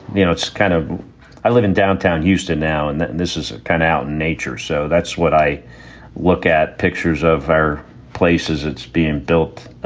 you know it's kind of i live in downtown houston now and and this is kind of out in nature. so that's what i look at, pictures of our places. it's being built